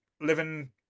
living